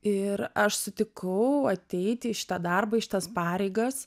ir aš sutikau ateiti į šitą darbą į šitas pareigas